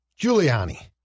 Giuliani